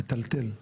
מטלטל.